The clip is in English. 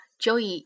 Joey